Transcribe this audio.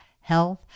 health